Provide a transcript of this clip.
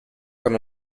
con